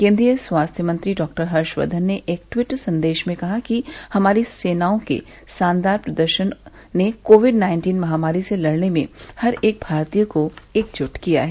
केन्द्रीय स्वास्थ्य मंत्री डॉ हर्षवर्धन ने एक ेटरीट संदेश में कहा कि हमारी सेनाओं के शानदार प्रदर्शन ने कोविड नाइन्टीन महामारी से लड़ने में हर एक भारतीय को एकजूट किया है